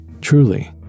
truly